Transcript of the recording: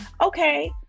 Okay